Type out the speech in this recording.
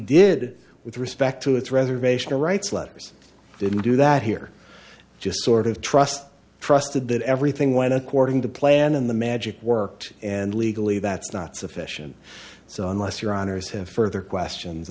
did with respect to its reservation writes letters i didn't do that here just sort of trust trusted that everything went according to plan in the magic worked and legally that's not sufficient so unless your honour's have further questions